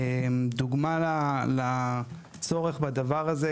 דוגמא לצורך בדבר הזה,